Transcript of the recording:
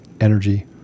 energy